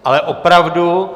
Ale opravdu.